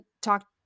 Talk